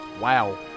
Wow